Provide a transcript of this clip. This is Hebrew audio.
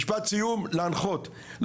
משפט סיום, להנחות.